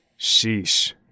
Sheesh